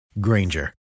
Granger